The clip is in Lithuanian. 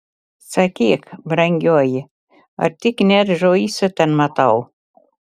sakyk brangioji ar tik ne džoisą ten matau